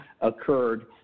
occurred